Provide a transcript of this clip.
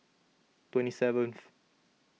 twenty seventh